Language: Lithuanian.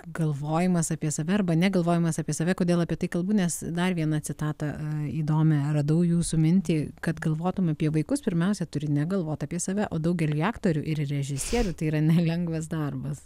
galvojimas apie save arba negalvojimas apie save kodėl apie tai kalbu nes dar vieną citatą įdomią radau jūsų mintį kad galvodami apie vaikus pirmiausia turi negalvot apie save o daugeliui aktorių ir režisierių tai yra nelengvas darbas